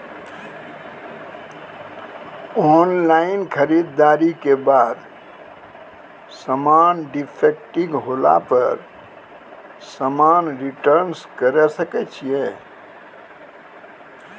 Online खरीददारी के बाद समान डिफेक्टिव होला पर समान रिटर्न्स करे सकय छियै?